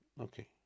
Okay